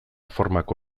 formako